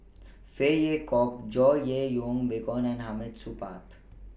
Phey Yew Kok George Yeo Yong Boon and Hamid Supaat